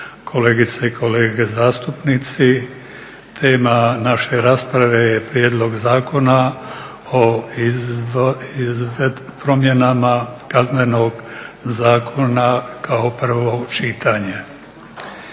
kolegice i kolege zastupnici. Tema naše rasprave je Prijedlog zakona o promjenama Kaznenog zakona kao prvo čitanje.